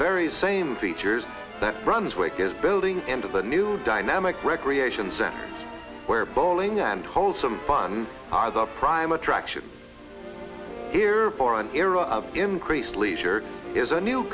very same features that brunswick is building into the new dynamic recreation center where bowling and wholesome fun are the prime attraction here for an era of increased leisure is a new